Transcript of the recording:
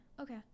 Okay